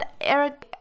Eric